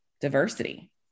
diversity